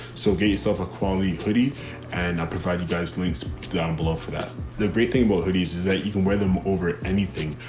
so get yourself a quality hoodie and i'll provide you guys links down below for that. the great thing about hoodies is that you can wear them over anything.